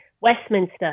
Westminster